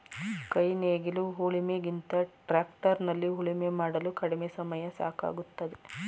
ಕೈ ನೇಗಿಲು ಉಳಿಮೆ ಗಿಂತ ಟ್ರ್ಯಾಕ್ಟರ್ ನಲ್ಲಿ ಉಳುಮೆ ಮಾಡಲು ಕಡಿಮೆ ಸಮಯ ಸಾಕಾಗುತ್ತದೆ